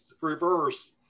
reverse